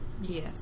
Yes